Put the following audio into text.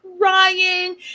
crying